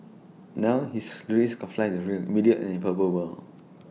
now his risk of flight is real immediate and palpable